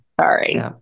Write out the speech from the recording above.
Sorry